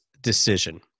decision